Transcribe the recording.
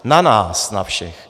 Na nás na všech.